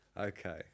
Okay